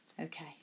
Okay